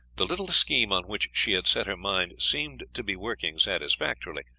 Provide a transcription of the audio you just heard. the little scheme on which she had set her mind seemed to be working satisfactorily.